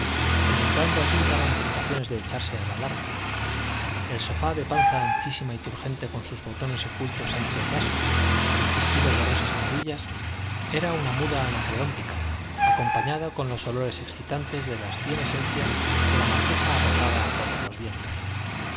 en entrando allí daban tentaciones de echarse a la larga el sofá de panza anchísima y turgente con sus botones ocultos entre el raso como pistilos de rosas amarillas era una muda anacreóntica acompañada con los olores excitantes de las cien esencias que la marquesa arrojaba a todos los vientos